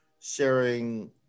sharing